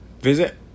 Visit